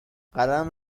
قلم